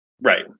Right